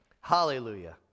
Hallelujah